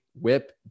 whip